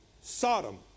Sodom